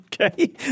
Okay